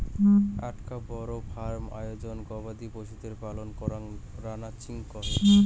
আকটা বড় ফার্ম আয়োজনে গবাদি পশুদের পালন করাঙ রানচিং কহে